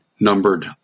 numbered